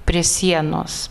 prie sienos